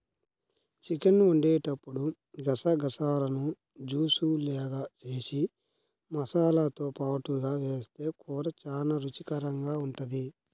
chicken వండేటప్పుడు గసగసాలను juice లాగా జేసి మసాలాతో పాటుగా వేస్తె కూర చానా రుచికరంగా ఉంటది